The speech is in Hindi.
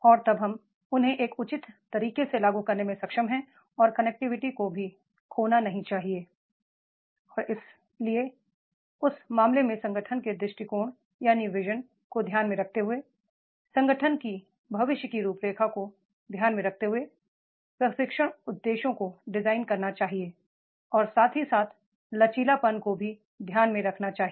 और तब हम उन्हें एक उचित तरीके से लागू करने में सक्षम हैं और कनेक्टिविटी को भी खोना नहीं चाहिए और इसलिए उस मामले में संगठन के विजन को ध्यान में रखते हुए संगठन की भविष्य की रूपरेखा को ध्यान में रखते हुए प्रशिक्षण उद्देश्यों को डिजाइन करना चाहिए और साथ ही साथ लचीलापन को भी ध्यान में रखना चाहिए